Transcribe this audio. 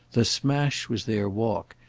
the smash was their walk,